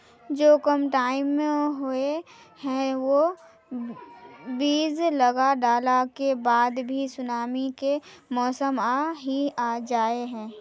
जो कम टाइम होये है वो बीज लगा डाला के बाद भी सुनामी के मौसम आ ही जाय है?